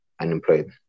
unemployed